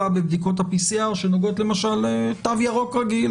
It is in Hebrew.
בבדיקות ה-PCR שנוגעות למשל לתו ירוק רגיל,